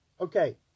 Okay